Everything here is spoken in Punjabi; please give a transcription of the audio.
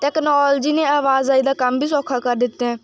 ਟੈਕਨੋਲਜੀ ਨੇ ਆਵਾਜਾਈ ਦਾ ਕੰਮ ਵੀ ਸੌਖਾ ਕਰ ਦਿੱਤਾ ਹੈ